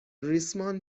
ریسمان